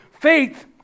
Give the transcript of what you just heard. faith